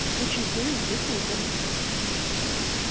which is very different than it was two years ago.